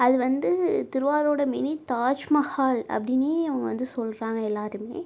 அதுவந்து திருவாரூரோட மினி தாஜ்மஹால் அப்படின்னே அவங்க வந்து சொல்கிறாங்க எல்லோருமே